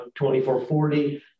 2440